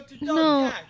No